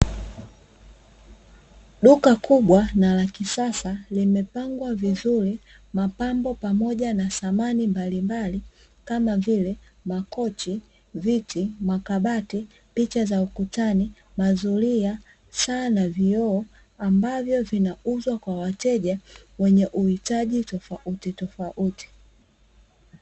Duka kubwa na la kisasa limepangwa vizuri mapambo pamoja na samani mbalimbali kama vile makochi, viti, makabati, picha za ukutani, mazuria, saa na vioo ambavyo vinauzwa kwa wateja wenye uhitaji tofauti tofauti.